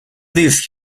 these